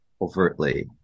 overtly